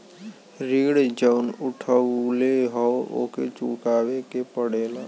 ऋण जउन उठउले हौ ओके चुकाए के पड़ेला